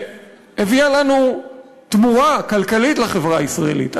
שהביאה לנו תמורה כלכלית לחברה הישראלית.